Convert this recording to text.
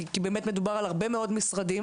כי באמת מדובר על הרבה מאוד משרדים,